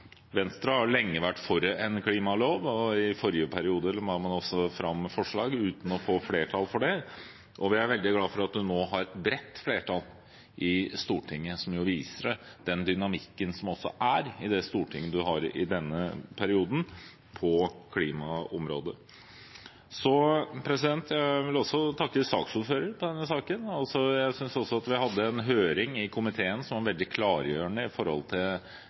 Venstre har lenge vært for en klimalov, og i forrige periode la man også fram forslag, uten å få flertall for det. Vi er veldig glad for at det nå er et bredt flertall i Stortinget, som jo viser den dynamikken som er i det stortinget vi har i denne perioden, på klimaområdet. Jeg vil også takke saksordføreren. Vi hadde en høring i komiteen som jeg synes var veldig klargjørende for temaet. Jeg tror den var nyttig for veldig mange. Det er klart at en klimalov i